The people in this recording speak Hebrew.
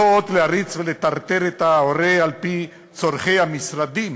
לא עוד להריץ ולטרטר את ההורה על-פי צורכי המשרדים,